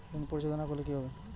ঋণ পরিশোধ না করলে কি হবে?